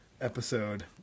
episode